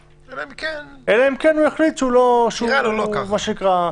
אלא אם כן הוא יחליט שהוא נראה לו בסדר וכו'.